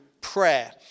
prayer